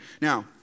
Now